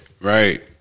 Right